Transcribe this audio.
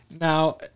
Now